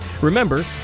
Remember